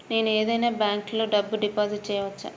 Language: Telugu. నేను ఏదైనా బ్యాంక్లో డబ్బు డిపాజిట్ చేయవచ్చా?